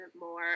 more